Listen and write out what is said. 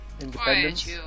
independence